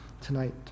tonight